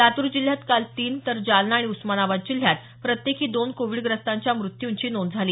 लातूर जिल्ह्यात काल तीन तर जालना आणि उस्मानाबाद जिल्ह्यात दोन कोविडग्रस्तांच्या मृत्यूंची नोंद झाली